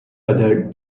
other